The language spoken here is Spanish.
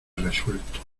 resuelto